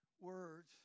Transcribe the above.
words